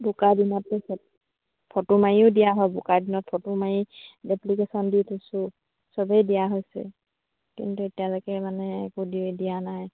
বোকা দিনতটো ফটো মাৰিও দিয়া হয় বোকা দিনত ফটো মাৰি এপ্লিকেশ্যন দি থৈছোঁ চবেই দিয়া হৈছে কিন্তু এতিয়ালৈকে মানে একো দি দিয়া নাই